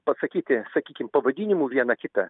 pasakyti sakykim pavadinimų vieną kitą